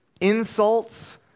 insults